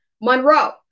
Monroe